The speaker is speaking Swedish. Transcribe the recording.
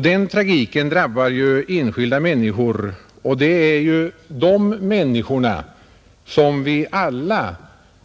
Denna tragik drabbar enskilda människor, och det är just dessa människor vi alla